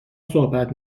صحبت